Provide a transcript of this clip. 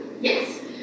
Yes